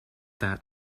that